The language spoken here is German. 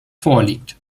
vorliegt